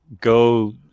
go